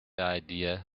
idea